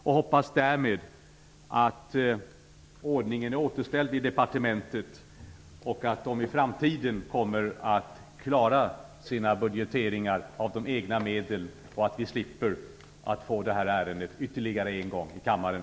Jag hoppas därmed att ordningen i departementet är återställd och att departementet i framtiden kommer att klara att budgetera egna medel, så att vi slipper få detta ärende ytterligare en gång i kammaren.